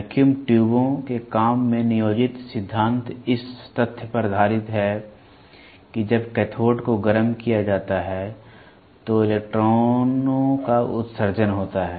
vacuum ट्यूबों के काम में नियोजित सिद्धांत इस तथ्य पर आधारित है कि जब कैथोड को गरम किया जाता है तो इलेक्ट्रॉनों का उत्सर्जन होता है